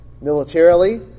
militarily